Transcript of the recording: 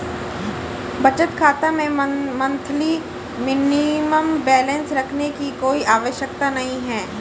बचत खाता में मंथली मिनिमम बैलेंस रखने की कोई आवश्यकता नहीं है